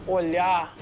olhar